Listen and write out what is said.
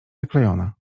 zaklejona